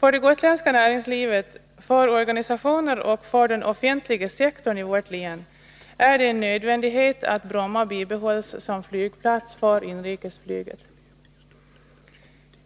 För det gotländska näringslivet, för organisationer och för den offentliga sektorn i vårt län är det en nödvändighet att Bromma bibehålls som flygplats för inrikesflyget.